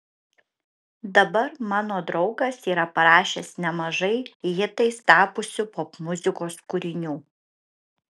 dabar mano draugas yra parašęs nemažai hitais tapusių popmuzikos kūrinių